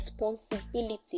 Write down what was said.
responsibility